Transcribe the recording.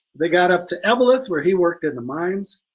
they got up to eveleth where he worked in the mines